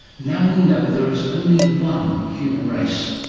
now we know there is only one human race.